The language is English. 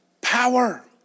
power